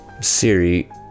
Siri